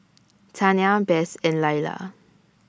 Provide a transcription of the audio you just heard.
Tania Bess and Lyla